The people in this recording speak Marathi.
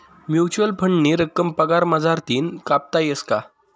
म्युच्युअल फंडनी रक्कम पगार मझारतीन कापता येस का?